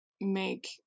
make